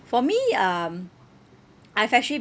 for me um I've actually